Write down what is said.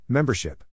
Membership